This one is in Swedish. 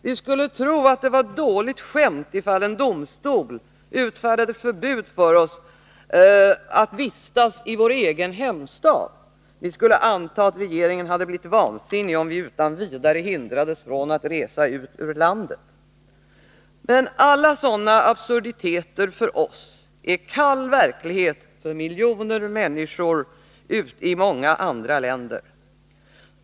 Vi skulle tro att det var ett dåligt skämt ifall en domstol utfärdade förbud för oss att vistas i vår egen hemstad. Vi skulle anta att regeringen hade blivit vansinnig om vi utan vidare hindrades från att resa ut ur landet. Men alla sådana saker, som är absurditeter för oss, är kall verklighet för miljoner människor i många andra länder.